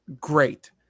Great